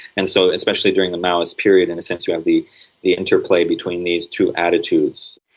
and so especially during the maoist period, in a sense you had the the interplay between these two attitudes.